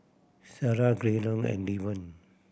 Sarai Graydon and Irven